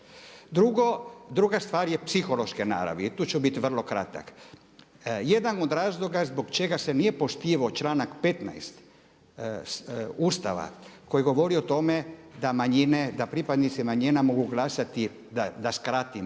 Druga stvar je psihološke naravi i tu ću biti vrlo kratak. Jedan od razloga zbog čega se nije poštivao članak 15. Ustava koji govori o tome da manjine, da pripadnici manjina mogu glasati da skratim